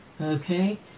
Okay